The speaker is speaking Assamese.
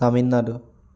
তামিলনাডু